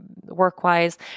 Work-wise